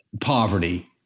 poverty